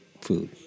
food